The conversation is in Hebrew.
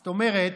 זאת אומרת,